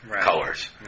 colors